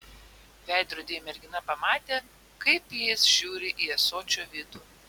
veidrodyje mergina pamatė kaip jis žiūri į ąsočio vidų